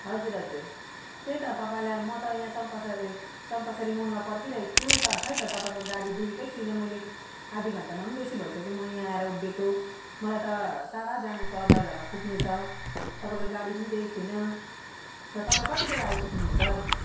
हजुर हजुर त्यही त तपाईँलाई म त यहाँ चम्पा चम्पासरी मोडमा पर्खिरहेको छु त खोइ त मैले तपाईँको गाडी देखेको छुइनँ मैले आधी घण्टामा बेसी भइसक्यो म यहाँ आएर उभिएको मलाई त टाढा जानु छ जलढका पुग्नु छ तपाईँको गाडी देखेको छुइनँ र तपाईँ कति बेला आइपुग्नु हुन्छ